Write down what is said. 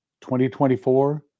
2024